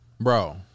Bro